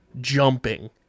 jumping